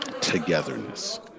togetherness